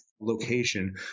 Location